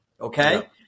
okay